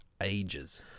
ages